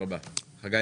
חגי